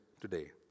today